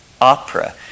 Opera